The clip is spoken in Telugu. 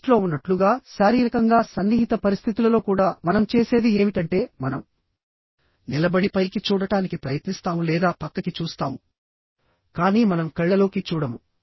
లిఫ్ట్లో ఉన్నట్లుగా శారీరకంగా సన్నిహిత పరిస్థితులలో కూడా మనం చేసేది ఏమిటంటే మనం నిలబడి పైకి చూడటానికి ప్రయత్నిస్తాము లేదా పక్కకి చూస్తాము కానీ మనం కళ్ళలోకి చూడము